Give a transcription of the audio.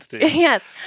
yes